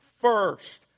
First